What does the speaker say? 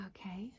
Okay